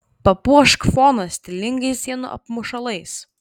papuošk foną stilingais sienų apmušalais